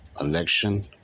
election